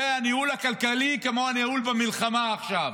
זה ניהול כלכלי כמו הניהול של המלחמה עכשיו,